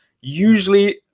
Usually